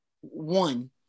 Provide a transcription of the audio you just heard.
one